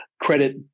credit